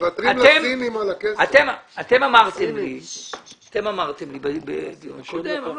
אתם אמרתם לי בדיון קודם אבל גם